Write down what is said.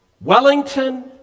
Wellington